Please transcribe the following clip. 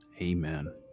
Amen